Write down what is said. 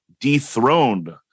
dethroned